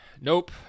Nope